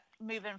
moving